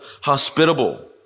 hospitable